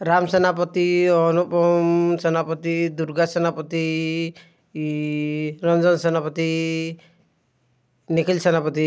Ram Senapati Anupam Senapati Durga Senapati Ranjan Senapati Nikhil Senapati